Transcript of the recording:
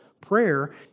Prayer